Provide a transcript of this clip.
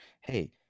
hey